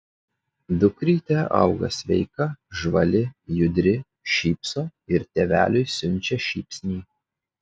dukrytė auga sveika žvali judri šypso ir tėveliui siunčia šypsnį